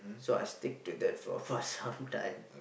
so I stick to that for for some time